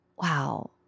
wow